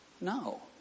No